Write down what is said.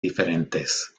diferentes